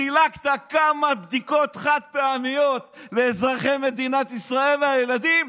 חילקת כמה בדיקות חד-פעמיות לאזרחי מדינת ישראל ולילדים,